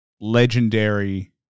legendary